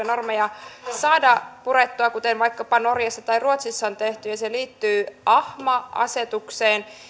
normeja saada purettua kuten vaikkapa norjassa tai ruotsissa on tehty ja se liittyy ahma asetukseen